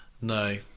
no